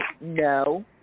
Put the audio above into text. no